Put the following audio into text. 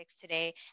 today